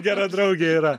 gera draugė yra